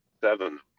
seven